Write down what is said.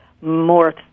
more